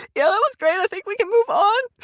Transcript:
yeah, that was great. i think we can move on.